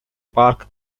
park